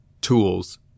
tools